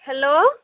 hello